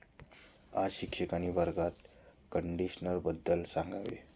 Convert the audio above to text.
आज शिक्षकांनी वर्गात माती कंडिशनरबद्दल सांगावे